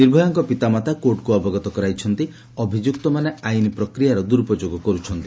ନିର୍ଭୟାଙ୍କ ପିତାମାତା କୋର୍ଟଙ୍କୁ ଅବଗତ କରାଇଛନ୍ତି ଅଭିଯୁକ୍ତମାନେ ଆଇନ ପ୍ରକ୍ରିୟାର ଦୁରୁପଯୋଗ କରୁଛନ୍ତି